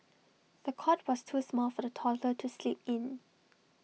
the cot was too small for the toddler to sleep in